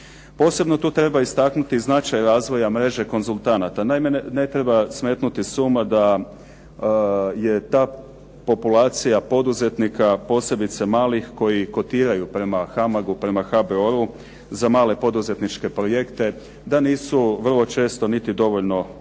Posebno tu treba istaknuti i značaj razvoja mreže konzultanata. Naime, ne treba smetnuti s uma da je ta populacija poduzetnika posebice malih koji kotiraju prema HAMAG-u, prema HBOR-u za male poduzetničke projekte, da nisu vrlo često niti dovoljno obučeni,